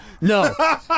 No